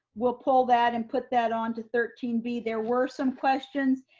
we'll pull that and put that onto thirteen b, there were some questions.